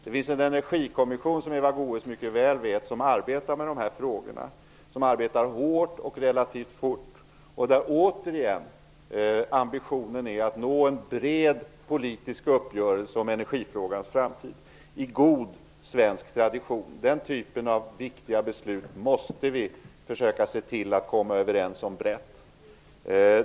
Det finns en energikommission, vilket Eva Goës också mycket väl vet, som arbetar med de här frågorna. Kommissionen arbetar hårt och relativt fort. Ambitionen är återigen att nå en bred politisk uppgörelse om energifrågans framtid, i god svensk tradition. I den typen av viktiga beslut måste vi försöka se till att komma överens brett.